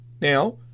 Now